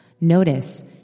Notice